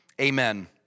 Amen